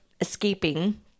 escaping